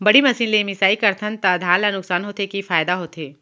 बड़ी मशीन ले मिसाई करथन त धान ल नुकसान होथे की फायदा होथे?